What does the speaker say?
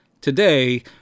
Today